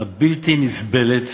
הבלתי-נסבלת